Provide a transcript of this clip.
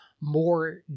more